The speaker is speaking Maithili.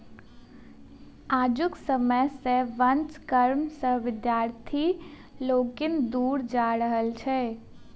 आजुक समय मे वंश कर्म सॅ विद्यार्थी लोकनि दूर जा रहल छथि